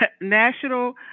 National